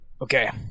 Okay